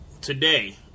today